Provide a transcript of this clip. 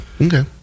okay